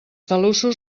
talussos